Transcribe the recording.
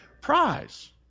prize